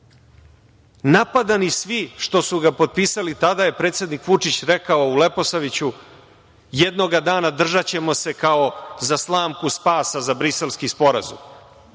Napadani svi što su ga potpisali. Tada je predsednik Vučić rekao u Leposaviću - jednog dana držaćemo se kao za slamku spasa za Briselski sporazum,